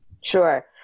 Sure